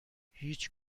هیچ